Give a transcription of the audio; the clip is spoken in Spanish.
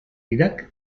irak